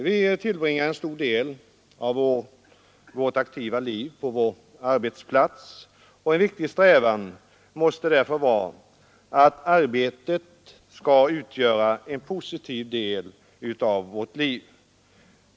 Vi tillbringar en stor del av vårt aktiva liv på vår arbetsplats, och en viktig strävan måste därför vara att arbetet skall utgöra en positiv del av vårt liv.